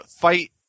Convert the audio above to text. fight